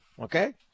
Okay